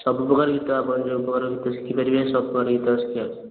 ସବୁ ପ୍ରକାର ଗୀତ ଆପଣ ଯେଉଁ ଘର ଭିତରେ ଶିଖିପାରିବେ ସବୁ ପ୍ରକାର ଶିଖା ହେଉଛି